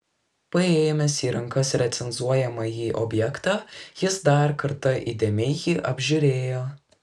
paėmęs į rankas recenzuojamąjį objektą jis dar kartą įdėmiai jį apžiūrėjo